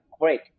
great